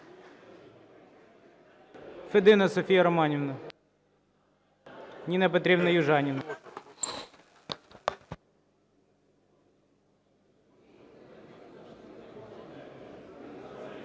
Федина Софія Романівна. Ніна Петрівна Южаніна.